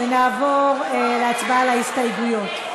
נעבור להצבעה על ההסתייגויות.